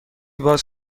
باز